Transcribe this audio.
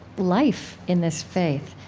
life in this faith.